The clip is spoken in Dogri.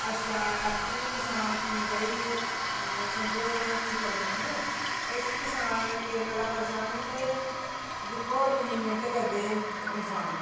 अच्छा हून किसान कि भाई समझो ना की परेशान न किश करसान इस गल्ला परेशान न के दिक्खो इन्नी मैह्नत करदे करसान